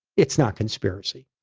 it's not conspiracy,